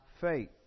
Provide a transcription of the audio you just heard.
faith